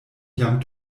jam